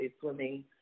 Swimming